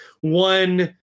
one